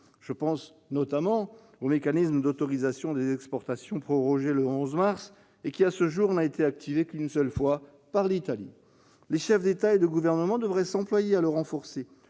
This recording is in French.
Je pense notamment au mécanisme d'autorisation des exportations, prorogé le 11 mars, et qui n'a été activé à ce jour qu'une seule fois, par l'Italie. Les chefs d'État et de gouvernement devraient s'employer à le renforcer,